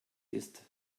ist